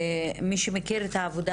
למי שמכיר את העבודה